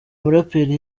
muraperi